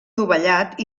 dovellat